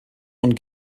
und